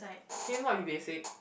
can you not be basic